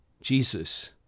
Jesus